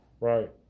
Right